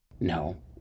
No